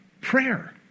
Prayer